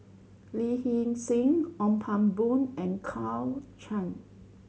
Lee Hee Seng Ong Pang Boon and Claire Chiang